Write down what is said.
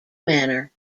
manner